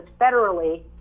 federally